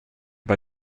bei